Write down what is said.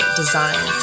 design